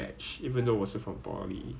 but I don't know why I never get into that lah